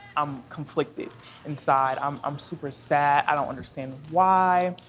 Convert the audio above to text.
i'm conflicted inside. um i'm super sad, i don't understand why,